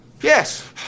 Yes